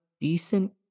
decent